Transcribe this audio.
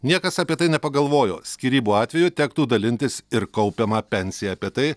niekas apie tai nepagalvojo skyrybų atveju tektų dalintis ir kaupiamą pensiją apie tai